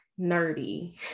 nerdy